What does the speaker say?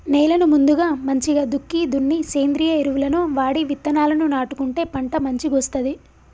నేలను ముందుగా మంచిగ దుక్కి దున్ని సేంద్రియ ఎరువులను వాడి విత్తనాలను నాటుకుంటే పంట మంచిగొస్తది